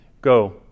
Go